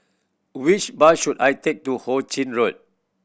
which bus should I take to Hu Ching Road